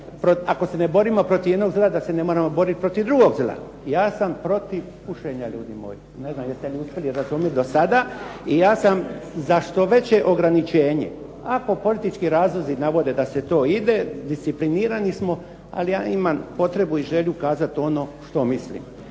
ako se ne borimo protiv jednog zla, da se ne moramo boriti protiv drugog zla. Ja sam protiv pušenja ljudi moji. Ne znam jeste li me uspili razumit do sada i ja sam za što veće ograničenje. Ako politički razlozi navode da se to ide, disciplinirani smo, ali ja imam potrebu i želju kazati ono što mislim.